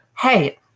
Hey